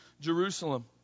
Jerusalem